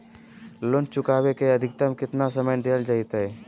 Loan चुकाबे के अधिकतम केतना समय डेल जयते?